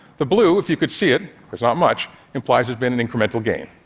the blue, if you could see it there's not much implies there's been an incremental gain.